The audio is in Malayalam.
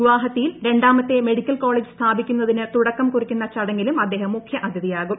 ഗുവാഹത്തി യിൽ രാമത്തെ മെഡിക്കൽ കോളേജ് സ്ഥാപിക്കുന്നതിന് തുടക്കം കുറിക്കുന്ന ചടങ്ങിലും അദ്ദേഹം മുഖ്യ അതിഥിയാകും